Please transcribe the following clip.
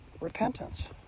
Repentance